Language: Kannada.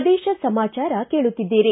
ಪ್ರದೇಶ ಸಮಾಚಾರ ಕೇಳುತ್ತಿದ್ದೀರಿ